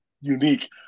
unique